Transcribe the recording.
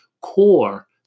core